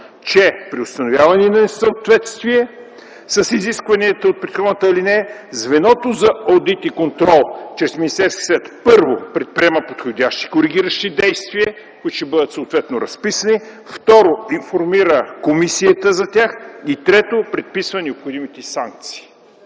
че при установяване на несъответствие с изискванията от предходната алинея звеното за одит и контрол чрез Министерския съвет, първо, предприема подходящи коригиращи действия, които ще бъдат съответно разписани, второ, информира комисията за тях и, трето, предписва необходимите санкции.